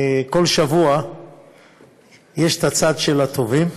כל שבוע יש את הצד של הטובים,